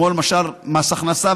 למשל מס הכנסה.